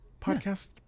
podcast